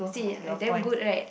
see I damn good right